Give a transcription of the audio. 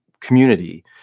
community